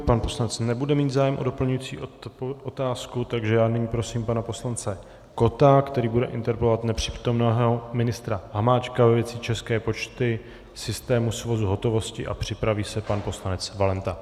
Pan poslanec nebude mít zájem o doplňující otázku, takže já nyní prosím pana poslance Kotta, který bude interpelovat nepřítomného ministra Hamáčka ve věci Česká pošta, systém svozu hotovosti a připraví se pan poslanec Valenta.